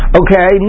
okay